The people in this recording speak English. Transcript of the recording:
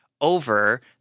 over